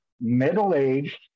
middle-aged